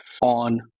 on